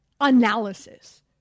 analysis